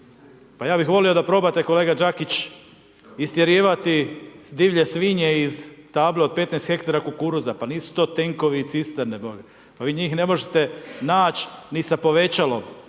Pa ja bih volio da probate kolega Đakić istjerivati divlje svinje iz tabla od 15 hektara kukuruza. Pa nisu to tenkovi i cisterne, pa vi njih ne možete naći ni sa povećalom